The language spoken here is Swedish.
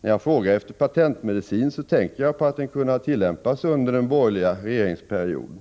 När jag frågar efter hans patentmedicin tänker jag på att den kunde ha tillämpats under den borgerliga regeringsperioden,